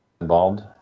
involved